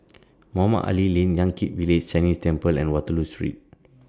Mohamed Ali Lane Yan Kit Village Chinese Temple and Waterloo Street